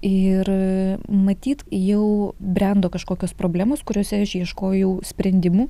ir matyt jau brendo kažkokios problemos kuriose aš ieškojau sprendimų